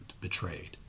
betrayed